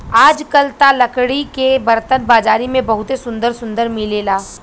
आजकल त लकड़ी के बरतन बाजारी में बहुते सुंदर सुंदर मिलेला